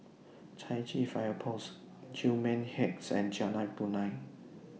Chai Chee Fire Post Gillman Heights and Jalan Punai